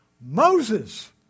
Moses